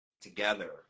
together